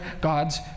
God's